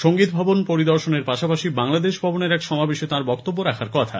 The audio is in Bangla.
সঙ্গীতভবন পরিদর্শনের পাশাপাশি বাংলাদেশ ভবনের এক সমাবেশে তাঁর বক্তব্য রাখার কথা